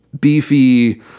beefy